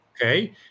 okay